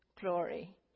glory